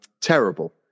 terrible